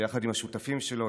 ביחד עם השותפים שלו,